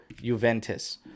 juventus